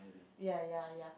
ya ya ya